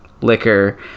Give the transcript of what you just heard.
liquor